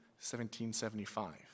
1775